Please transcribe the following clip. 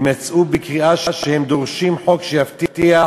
הם יצאו בקריאה שהם דורשים חוק שיבטיח